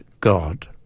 God